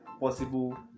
possible